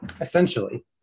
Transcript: essentially